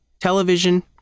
television